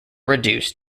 reduced